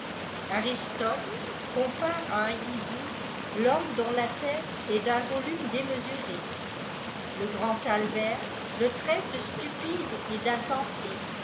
aristote compare à un hibou i homme dont la tète est d'un volume démesuré le grand albert le traite de stupide et dinsensé